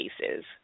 cases